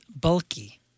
bulky